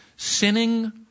Sinning